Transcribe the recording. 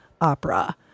opera